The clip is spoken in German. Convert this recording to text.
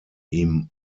ihm